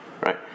right